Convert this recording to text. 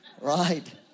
Right